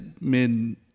men